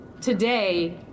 today